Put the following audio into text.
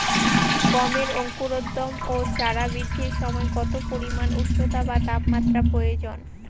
গমের অঙ্কুরোদগম ও চারা বৃদ্ধির সময় কত পরিমান উষ্ণতা বা তাপমাত্রা প্রয়োজন?